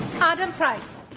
adam price